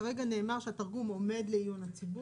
כרגע נאמר שהתרגום עומד לעיון הציבור,